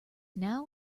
now